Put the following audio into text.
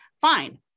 fine